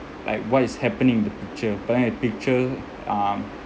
like what is happening in the picture but then a picture um